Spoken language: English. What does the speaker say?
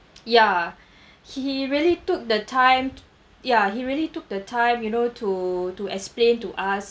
ya he really took the time ya he really took the time you know to to explain to us